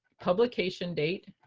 publication date,